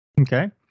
Okay